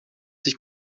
sich